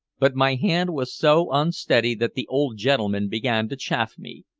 but my hand was so unsteady that the old gentleman began to chaff me.